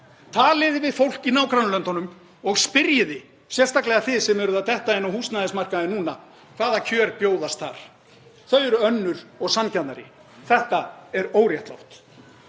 Talið við fólk í nágrannalöndunum og spyrjið, sérstaklega þið sem eruð að detta inn á húsnæðismarkaðinn núna, hvaða kjör bjóðast þar. Þau eru önnur og sanngjarnari. Þetta er óréttlátt.